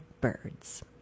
birds